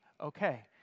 okay